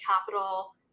capital